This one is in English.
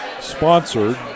sponsored